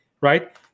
right